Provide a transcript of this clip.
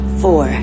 four